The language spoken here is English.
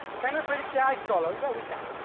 kind of predict eye color? yeah, we can.